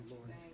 Lord